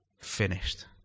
finished